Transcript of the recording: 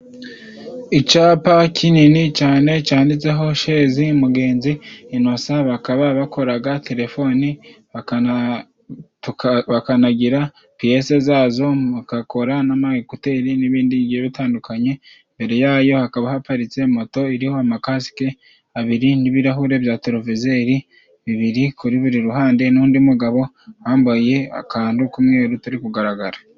Icapa kinini cane canditseho shezi Mugenzi Inosa bakaba bakoraga telefoni, bakanagira piyese zazo, bagakora n'amayekuteri n'ibindi bitandukanye. Imbere yayo hakaba haparitse moto iriho amakasike abiri, n'ibirahure bya televizeri bibiri. Kuri buri ruhande n'undi mugabo wambaye akantu k'umweru utari kugaragara.